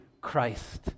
Christ